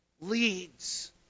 leads